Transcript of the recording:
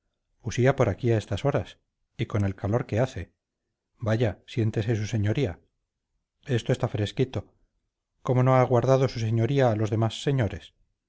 usía por aquí a estas horas y con el calor que hace vaya siéntese su señoría esto está fresquito cómo no ha aguardado su señoría a los demás señores